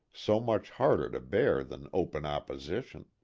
so much harder to bear than open opposition.